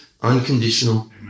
unconditional